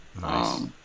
Nice